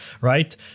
right